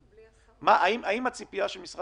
אני לא קובע סטנדרט תקינה של משרד